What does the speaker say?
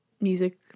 music